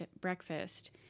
breakfast